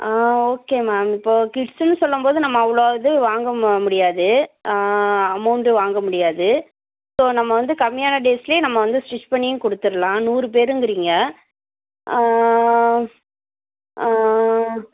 okay ma'am இப்போ கிட்ஸ்ஸுன்னு சொல்லும்போது நம்ம அவ்வளோக இது வாங்க ம முடியாது அமௌன்டு வாங்க முடியாது இப்போ நம்ம வந்து கம்மியான டேஸ்லயே நம்ம வந்து ஸ்டிச் பண்ணியும் கொடுத்துறலாம் நூறு பேருங்குறீங்க